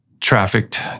trafficked